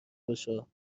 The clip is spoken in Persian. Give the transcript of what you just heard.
بشو